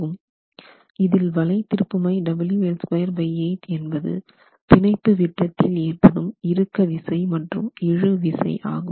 இதில் வளை திருப்புமை என்பது பிணைப்பு விட்டத்தில் ஏற்படும் இறுக்க விசை மற்றும் இழுவிசை ஆகும்